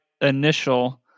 initial